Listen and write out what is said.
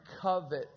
covet